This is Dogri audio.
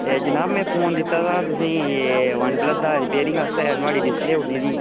ए जनाब में फोन दित्ता दा तुसें ई एह् वनप्लस दा रिपेरिंग आस्तै नुआढ़ी डिसप्ले उड्डी दी